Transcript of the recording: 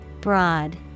Broad